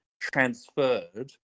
transferred